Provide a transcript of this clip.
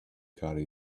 carry